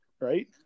right